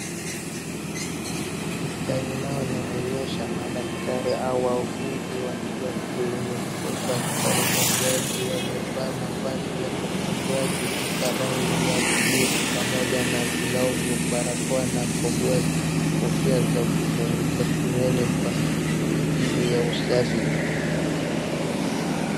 Picha inayoonyesha madaktari au wauguzi wakiwa kwenye chumba cha upasuaji wamevaa mavazi ya upasuaji ya rangi ya blue pamoja na glove barakoa na kofia za kufunika nywele kwa ajili ya usafi.